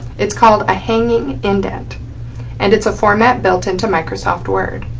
it's called a hanging indent and it's a format built into microsoft word.